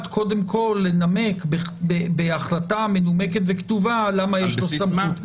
קודם כל לנמק בהחלטה מנומקת וכתובה למה יש לו סמכות.